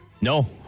No